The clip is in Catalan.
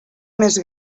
més